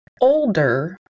older